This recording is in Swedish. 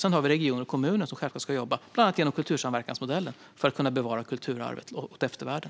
Sedan ska regionerna och kommunerna jobba genom bland annat kultursamverkansmodellen för att kunna bevara kulturarvet åt eftervärlden.